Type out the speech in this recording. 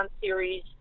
series